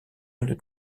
une